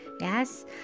yes